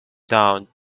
down